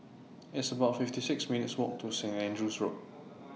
It's about fifty six minutes' Walk to Saint Andrew's Road